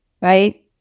right